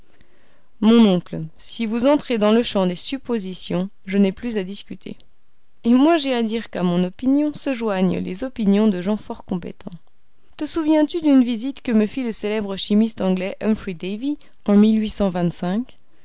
mon oncle si vous entrez dans le champ des suppositions je n'ai plus à discuter et moi j'ai à dire qu'à mon opinion se joignent les opinions de gens fort compétents te souviens-tu d'une visite que me fit le célèbre chimiste anglais humphry davy en